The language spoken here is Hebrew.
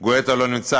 גואטה לא נמצא.